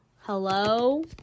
Hello